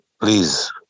please